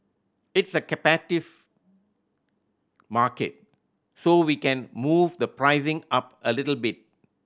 it's a captive market so we can move the pricing up a little bit